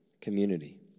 community